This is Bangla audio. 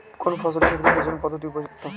কোন ফসলের ক্ষেত্রে সেচন পদ্ধতি উপযুক্ত?